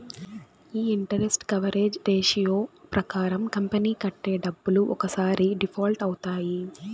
ఈ interest coverage ratio ప్రకారం company కట్టే డబ్బులు ఒక్కసారి డిఫాల్ట్ అవుతాయి